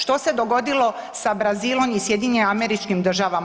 Što se dogodilo sa Brazilom i SAD-om?